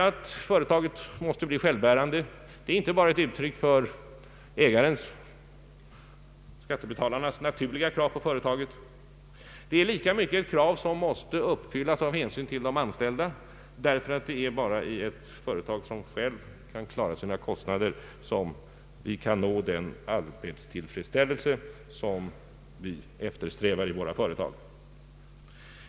Att företaget måste bli självbärande är inte bara ett uttryck för ägarens, skattebetalarnas, naturliga krav på företaget utan lika mycket ett krav som måste uppfyllas av hänsyn till de anställda, då det bara är i ett företag som självt kan klara sina kostnader som vi kan nå den arbetstillfredsställelse vi eftersträvar i våra företag.